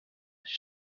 siis